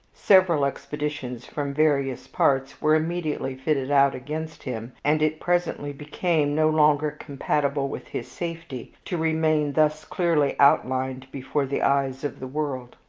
several expeditions from various parts were immediately fitted out against him, and it presently became no longer compatible with his safety to remain thus clearly outlined before the eyes of the world.